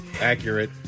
Accurate